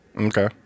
Okay